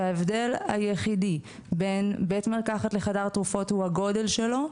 שההבדל היחידי בין בית מרקחת לחדר תרופות הוא הגודל שלו,